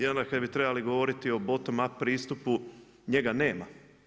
I onda kada bi trebali govoriti o bottom up pristupu, njega nema.